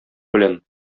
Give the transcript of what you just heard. белән